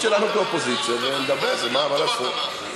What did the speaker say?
מה לעשות.